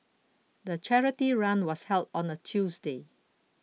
the charity run was held on a Tuesday